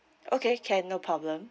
okay can no problem